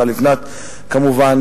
ואת השרה לבנת כמובן.